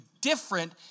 different